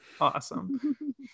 awesome